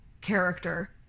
character